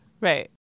Right